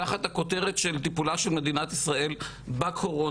תחת הכותרת של טיפולה של מדינת ישראל בקורונה,